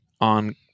on